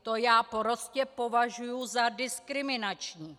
To já prostě považuju za diskriminační.